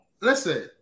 Listen